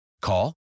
call